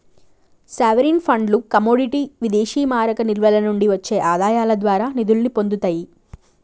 sovereign ఫండ్లు commodity విదేశీమారక నిల్వల నుండి వచ్చే ఆదాయాల ద్వారా నిధుల్ని పొందుతియ్యి